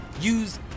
use